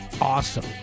awesome